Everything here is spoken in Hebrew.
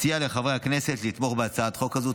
אציע לחברי הכנסת לתמוך בהצעת החוק הזאת.